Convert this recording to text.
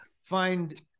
find